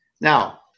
Now